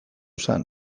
zen